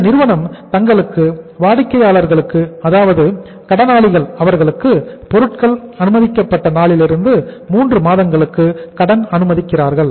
இந்த நிறுவனம் தங்களது வாடிக்கையாளர்களுக்கு அதாவது கடனாளிகள் அவர்களுக்கு பொருட்கள் அனுப்பப்பட்ட நாளிலிருந்து 3 மாதங்களுக்கு கடன் அனுமதிக்கிறார்கள்